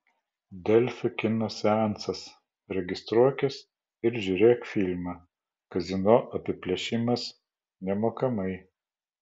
delfi kino seansas registruokis ir žiūrėk filmą kazino apiplėšimas nemokamai